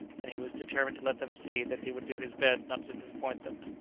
and he was determined to let them see that he would do his best not to disappoint them.